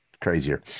crazier